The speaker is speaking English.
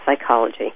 psychology